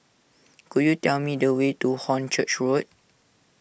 could you tell me the way to Hornchurch Road